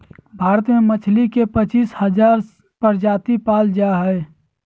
भारत में मछली के पच्चीस हजार प्रजाति पाल जा हइ